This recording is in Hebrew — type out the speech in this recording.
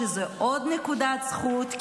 עוד נקודת זכות,